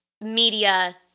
media